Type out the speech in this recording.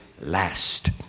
last